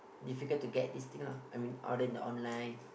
difficult to get this thing lah I mean order in the online